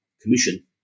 Commission